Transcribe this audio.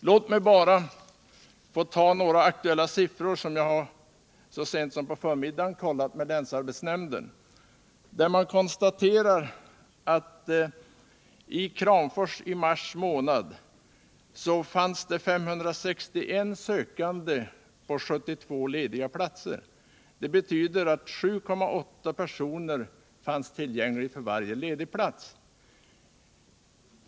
Låt mig bara få ta några aktuella siffror, som jag så sent som på förmiddagen i dag har kontrollerat med länsarbetsnämnden, där man konstaterar att i Kramfors fanns i mars månad 561 sökande på 72 lediga platser. Det betyder att 7,8 personer fanns tillgängliga för varje ledig plats.